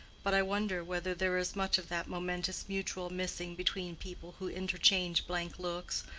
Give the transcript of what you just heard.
but i wonder whether there is much of that momentous mutual missing between people who interchange blank looks,